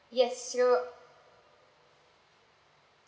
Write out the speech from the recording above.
yes so